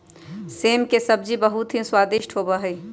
सेम के सब्जी बहुत ही स्वादिष्ट होबा हई